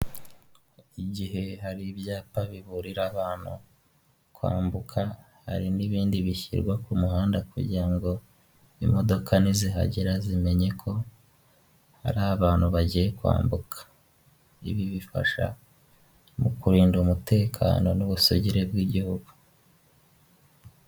Igihe hari ibyapa biburira abantu kwambuka hari n'ibindi bishyirwa ku muhanda kugirango imodoka nizihagera zimenye ko hari abantu bagiye kwambuka. Ibi bifasha mu kurinda umutekano n'ubusugire bw'igihugu.